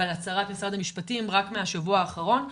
ועל הצהרת משרד המשפטים רק מהשבוע האחרון.